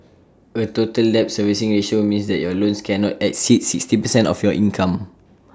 A total debt servicing ratio means that your loans cannot exceed sixty percent of your income